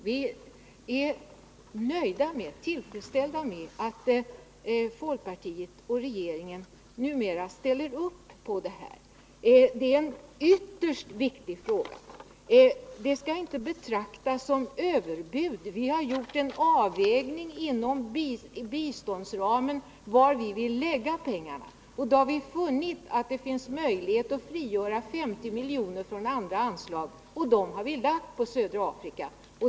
Vi är tillfredsställda med att folkpartiet och regeringen numera ställer upp, eftersom det är en ytterst viktig fråga. Våra förslag är inte överbud. Vi har med hänsyn till biståndsramen gjort en avvägning och bestämt var vi vill placera pengarna. Därvid har vi funnit att det går att frigöra 50 milj.kr. på andra anslag, och dessa pengar har vi reserverat för södra Afrika.